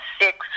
six